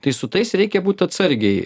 tai su tais reikia būt atsargiai